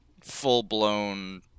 full-blown